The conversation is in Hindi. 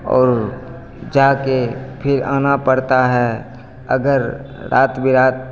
और जाकर फिर आना पड़ता है अगर रात बिरात